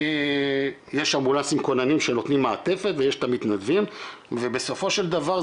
יש אמבולנסים כוננים שנותנים מעטפת ויש את המתנדבים ובסופו של דבר,